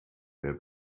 wer